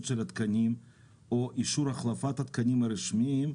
של התקנים או אישור החלפת התקנים הרשמיים,